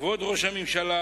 כבוד ראש הממשלה,